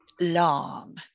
long